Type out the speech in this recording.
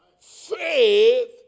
Faith